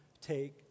take